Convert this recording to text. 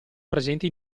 presente